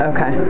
Okay